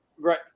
Right